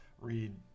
read